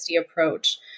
approach